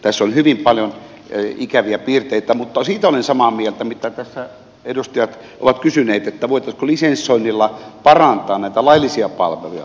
tässä on hyvin paljon ikäviä piirteitä mutta siitä olen samaa mieltä mitä tässä edustajat ovat kysyneet että voitaisiinko lisensoinnilla parantaa näitä laillisia palveluja